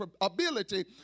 ability